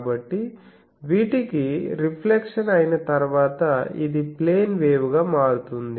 కాబట్టి వీటికి రిఫ్లెక్షన్ అయిన తరువాత ఇది ప్లేన్ వేవ్ గా మారుతుంది